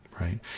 right